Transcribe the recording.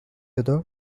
other